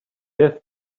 death